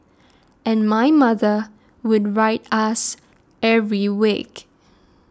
and my mother would write us every week